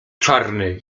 czarny